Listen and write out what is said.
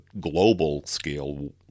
global-scale